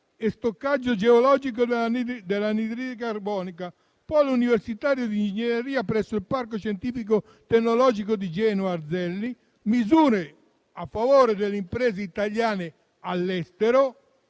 e stoccaggio geologico dell'anidride carbonica; Polo universitario di ingegneria presso il Parco scientifico-tecnologico di Genova Erzelli; misure a favore delle imprese italiane all'estero;